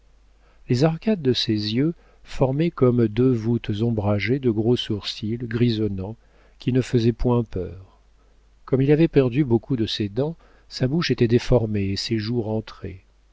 les arcades de ses yeux formaient comme deux voûtes ombragées de gros sourcils grisonnants qui ne faisaient point peur comme il avait perdu beaucoup de ses dents sa bouche était déformée et ses joues rentraient